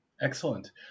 Excellent